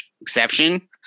exception